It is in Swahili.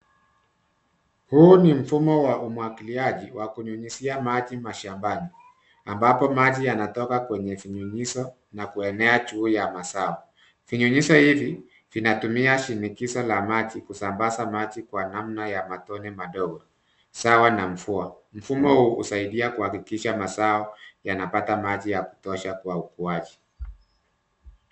Huu ni mfumo wa umwagiliaji wa kunyunyizia maji mashambani ambapo maji yanatoka kwenye vinyunyizo na kuenea juu ya mazao. Vinyunyizo hivi vinatumia shinikizo la maji kusambaza maji kwa namna ya matone madogo sawa na mvua. Mfumo huu husaidia kuhakikisha mazao yanapata maji ya kutosha kwa ukuaji.